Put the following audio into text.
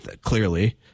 Clearly